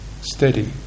steady